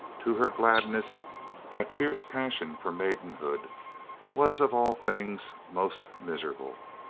to her gladness that fierce passion for maidenhood was of all things most miserable.